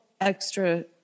extra